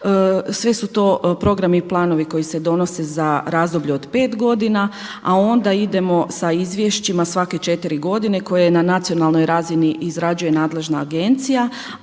Sve su to programi i planovi koji se donose za razdoblje od pet godina, a onda idemo sa izvješćima svake 4 godine koje na nacionalnoj razini izrađuje nadležna agencija,